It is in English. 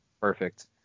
Perfect